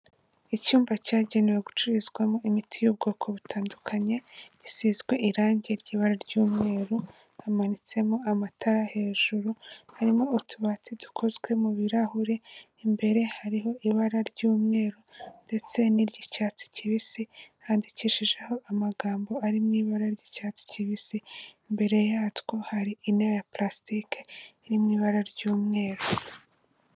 Icyumba cyagenewe gucururizwamo imiti y'ubwoko butandukanye, isizwe irangi ry'ibara ry'umweru, hamanitsemo amatara hejuru, harimo utubati dukozwe mu birahure, imbere hariho ibara ry'umweru ndetse n'iry'icyatsi kibisi, handikishijeho amagambo ari mu ibara ry'icyatsi kibisi, imbere yatwo hari intebe ya purasitike iri mu ibara ry'umweru.